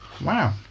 Wow